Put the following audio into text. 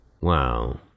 Wow